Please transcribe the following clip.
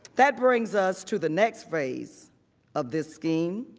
that brings us to the next phase of the scheme.